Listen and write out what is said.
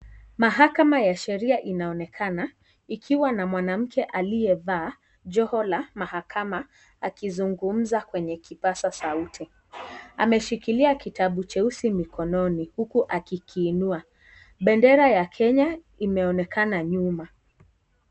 Mahakama ya sheria inaonekana ikiwa na mwanamke aliyevaa joho la mahakama akizungumza kwenye kipaza sauti, ameshikilia kitabu cheusi mkononi huku akikiinua, bendera ya Kenya imeonekana nyuma.